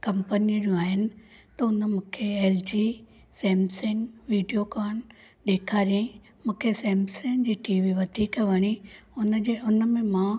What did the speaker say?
company जूं आहिनि त उन मूंखे एल जी सैमसंग वीडियोकोन ॾेखारई मूंखे सैमसंग जी टीवी वधीक वणी उनजी उनमें मां